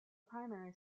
primary